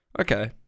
Okay